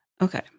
Okay